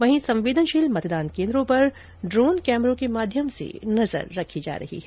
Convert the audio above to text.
वहीं संवेदनशील मतदान केंद्रों पर ड्रोन कैमरों के माध्यम से नजर रखी जा रही है